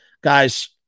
guys